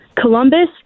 columbus